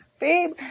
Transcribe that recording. babe